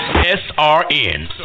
S-R-N